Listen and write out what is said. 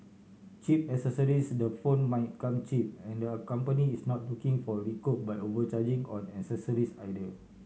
Cheap Accessories the phone might come cheap and their company is not looking for recoup by overcharging on accessories either